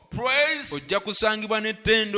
praise